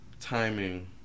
Timing